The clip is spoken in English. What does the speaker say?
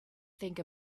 think